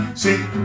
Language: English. see